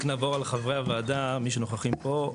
כן, רק נעבור על חברי הוועדה, מי שנוכחים פה.